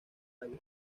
haya